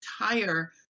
entire